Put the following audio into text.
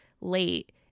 late